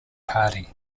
party